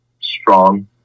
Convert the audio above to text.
strong